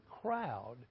crowd